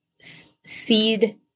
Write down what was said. seed